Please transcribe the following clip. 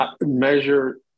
measure